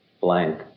Blank